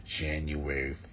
January